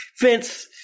Vince